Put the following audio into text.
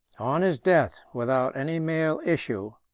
on his death without any male issue,